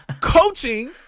coaching